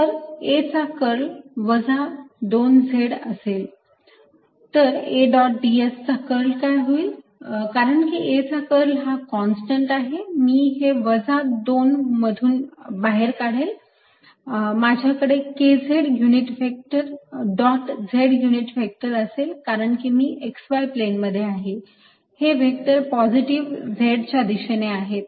तर A चा curl वजा 2 z असेल तर A डॉट ds चा कर्ल काय होईल कारण की A चा कर्ल हा कॉन्स्टंट आहे मी हे वजा 2 मधून बाहेर काढेल माझ्याकडे kz unit vector dot z unit vector असेल कारण की x y प्लेन मध्ये हे व्हेक्टर पॉझिटिव्ह z च्या दिशेने आहेत